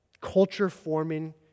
culture-forming